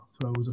throws